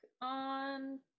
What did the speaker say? on